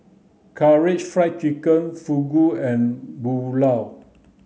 Karaage Fried Chicken Fugu and Pulao